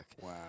Wow